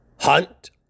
Hunt